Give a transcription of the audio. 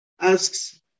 asks